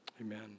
Amen